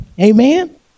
Amen